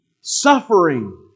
suffering